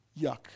Yuck